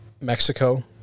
Mexico